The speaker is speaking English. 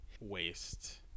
waste